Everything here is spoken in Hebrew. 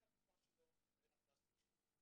הן הפטמה שלו והן הפלסטיק שלו,